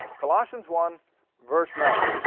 colossians one verse nine,